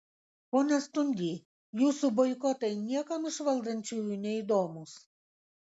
pone stundy jūsų boikotai niekam iš valdančiųjų neįdomūs